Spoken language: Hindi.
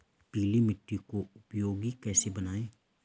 पीली मिट्टी को उपयोगी कैसे बनाएँ?